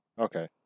okay